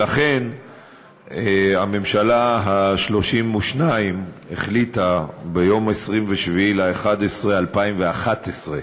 לכן הממשלה ה-32 החליטה ביום 27 בנובמבר 2011,